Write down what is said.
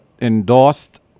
endorsed